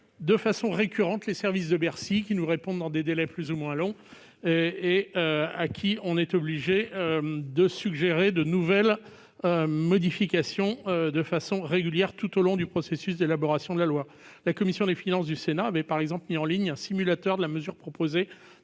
de manière récurrente les services de Bercy, qui nous répondent dans des délais plus ou moins longs et à qui nous sommes obligés de suggérer régulièrement des modifications tout au long du processus d'élaboration de la loi. La commission des finances du Sénat avait, par exemple, mis en ligne un simulateur de la mesure proposée